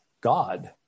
God